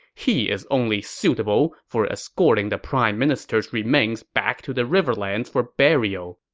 he is only suitable for escorting the prime minister's remains back to the riverlands for burial.